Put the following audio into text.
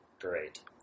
great